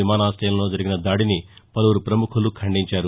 విమాన్నాశయంలో జరిగిన దాడిని పలువురు పముఖులు ఖండించారు